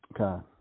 Okay